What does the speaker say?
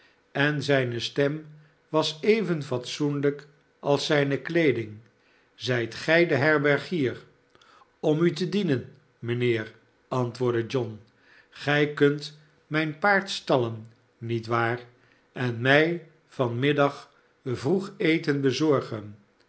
en zijne stem was even fatsoenlijk als zijne kleeding zijt gij de herbergier om u te dienen mijnheer antwoordde john a gij kunt mijn paard stallen niet waar en mij van middag vroeg eten bezorgen